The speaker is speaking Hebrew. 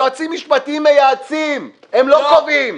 יועצים משפטיים מייעצים, הם לא קובעים.